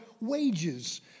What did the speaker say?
wages